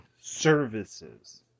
services